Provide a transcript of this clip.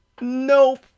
Nope